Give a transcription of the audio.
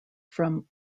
from